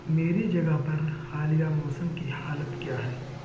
میری جگہ پر حالیہ موسم کی حالت کیا ہے